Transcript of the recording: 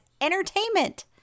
entertainment